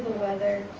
weather